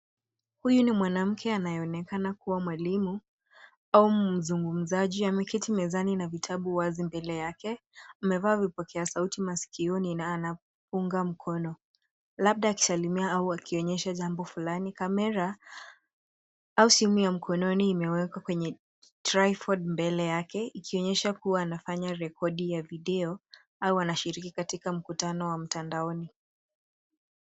Huyu ni mwanamke anayeonekana kuwa mwalimu au mzungumzaji. Ameketi mezani na vitabu wazi mbele yake. Amevaa vipokea sauti masikioni na anapunga mkono labda akisalimia au akionyesha jambo flani . Kamera au simu ya mkononi imewekwa kwenye tripod mbele yake ikionyesha kuwa anafanya rekodi ya video au anashiriki katika mkutano wa mtandaoni.